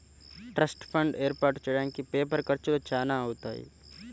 trust fund ఏర్పాటు చెయ్యడానికి paper ఖర్చులు చానా అవుతాయి